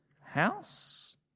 house